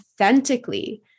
authentically